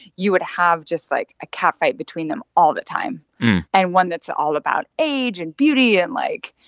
you would have just, like, a catfight between them all the time and one that's all about age and beauty and, like,